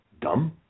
dumb